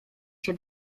się